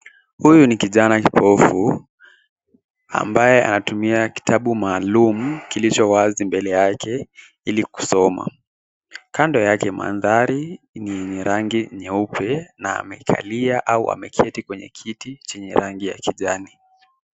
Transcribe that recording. Huyu ni kijana kipofu ambaye anatumia kitabu maalum kilicho wazi mbele yake ili kusoma. Kando yake mandhari ni yenye rangi nyeupe na amekalia au ameketi kwenye kiti, chenye rangi ya kijani.